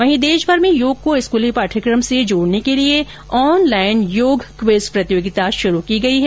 वहीं देशभर में योग को स्कूली पाठयक्रम से जोड़ने के लिए ऑन लाइन योग क्विज प्रतियोगिता शुरु की गई है